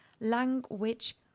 language